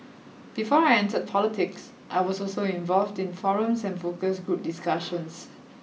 before I entered politics I was also involved in forums and focus group discussions